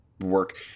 work